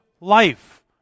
life